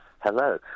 Hello